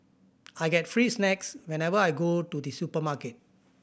I get free snacks whenever I go to the supermarket